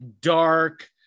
dark